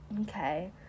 Okay